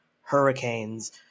hurricanes